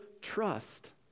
trust